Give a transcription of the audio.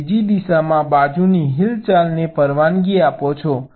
તમે બીજી દિશામાં બાજુની હિલચાલને પરવાનગી આપો છો